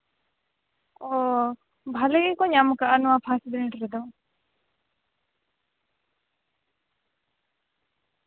ᱚ ᱵᱷᱟ ᱞᱤ ᱜᱮᱠᱚ ᱧᱟᱢ ᱠᱟᱜᱼᱟ ᱱᱚᱣᱟ ᱯᱷᱟᱥᱴ ᱵᱤᱱᱤᱰ ᱨᱮᱫᱚ